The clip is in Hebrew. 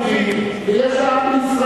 יש עם יהודי ויש עם ישראל,